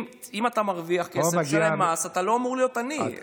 אם אתה מרוויח כסף ומשלם מס אתה לא אמור להיות עני.